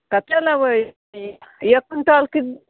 कतेक लेबै एक क्विन्टल कि